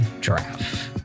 giraffe